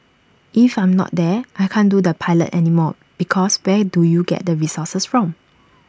if I'm not there I can't do the pilot anymore because where do you get the resources from